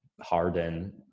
Harden